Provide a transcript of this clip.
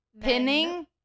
Pinning